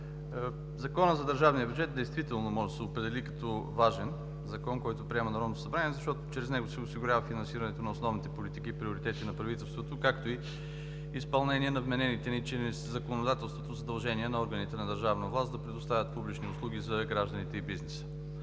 Законът за държавния бюджет действително може да се определи като важен закон, който приема Народното събрание, защото чрез него се осигурява финансирането на основните политики и приоритети на правителството, както и изпълнение на вменените чрез законодателството задължения на органите на държавна власт да предоставят публични услуги за гражданите и бизнеса.